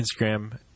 Instagram